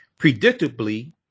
Predictably